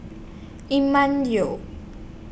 Emma Yeo